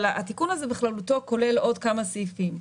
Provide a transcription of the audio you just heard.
אבל התיקון הזה בכללותו כולל עוד כמה סעיפים,